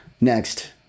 next